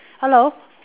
hello